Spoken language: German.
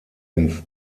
ins